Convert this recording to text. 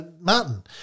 Martin